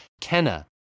Kenna